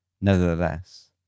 Nevertheless